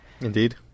Indeed